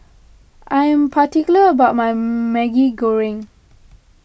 I am particular about my Maggi Goreng